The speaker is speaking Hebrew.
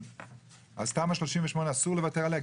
אז תמ"א 38 אסור לוותר עליה,